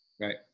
Right